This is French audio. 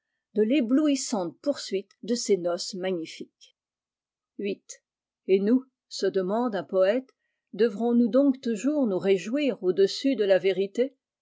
de l'éblouissante poursuite de ces noces magnifiques viii et nous se demande un poète devrons lious donc toujours nous réjouir au-dessus de la vérité